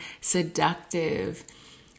seductive